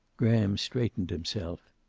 graham straightened himself.